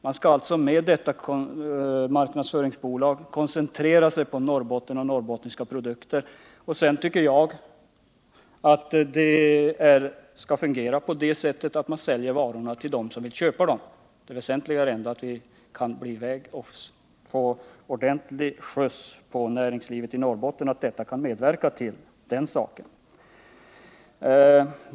Man skall alltså med detta marknadsföringsbolag koncentrera sig på Norrbotten och norrbottniska produkter, och jag tycker att man skall sälja varorna till dem som vill köpa dem. Det väsentliga är ändå att få ordentlig skjuts på näringslivet i Norrbotten, och detta bolag kan medverka till den saken.